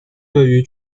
对于